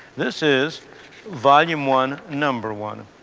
this is volume one, number one.